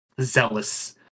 zealous